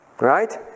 Right